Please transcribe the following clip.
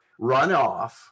runoff